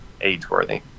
age-worthy